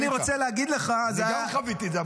אני רוצה להגיד לך --- אני גם חוויתי את זה,